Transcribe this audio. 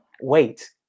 wait